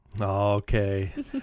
Okay